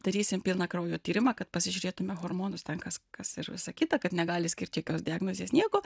darysim pilną kraujo tyrimą kad pasižiūrėtume hormonus ten kas kas ir visa kita kad negali skirt jokios diagnozės nieko